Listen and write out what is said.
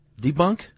Debunk